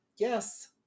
yes